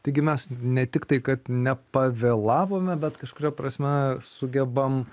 taigi mes ne tik tai kad nepavėlavome bet kažkuria prasme sugebam